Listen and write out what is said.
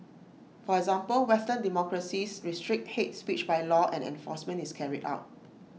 for example western democracies restrict hate speech by law and enforcement is carried out